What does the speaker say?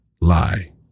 lie